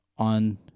On